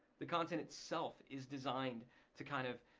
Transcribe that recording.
the content itself is designed to kind of